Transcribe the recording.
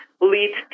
lead